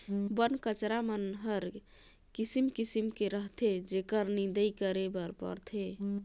बन कचरा मन हर किसिम किसिम के रहथे जेखर निंदई करे बर परथे